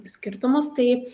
skirtumus tai